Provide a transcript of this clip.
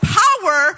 power